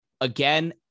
again